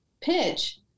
pitch